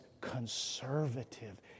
conservative